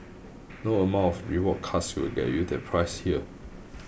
no amount of rewards cards will get you that price here